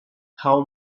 how